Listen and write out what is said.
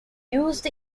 used